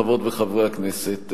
חברות וחברי הכנסת,